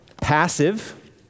passive